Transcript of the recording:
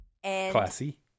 Classy